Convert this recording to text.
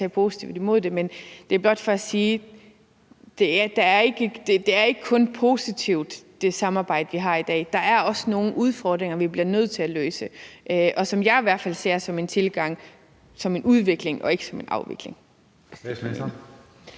men det er blot for at sige, at det samarbejde, vi har i dag, ikke kun er positivt. Der er også nogle udfordringer, vi bliver nødt til at løse, og som jeg i hvert fald ser som en udvikling og ikke som en afvikling.